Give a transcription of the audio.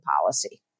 policy